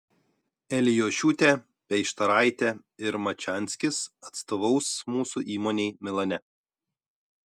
elijošiūtė peištaraitė ir mačianskis atstovaus mūsų įmonei milane